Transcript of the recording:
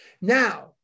Now